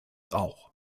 auch